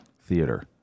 theater